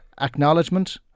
acknowledgement